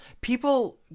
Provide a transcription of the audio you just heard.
people